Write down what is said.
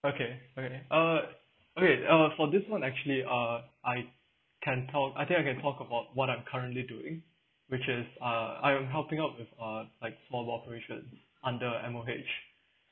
okay okay uh okay uh for this one actually uh I can talk I think I can talk about what I'm currently doing which is uh I'm helping out with uh like small operation under M_O_H